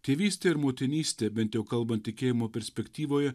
tėvystė ir motinystė bent jau kalbant tikėjimo perspektyvoje